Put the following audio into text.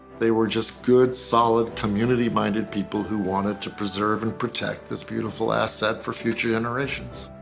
they were just good solid community minded people who wanted to preserve and protect this beautiful asset for future generations.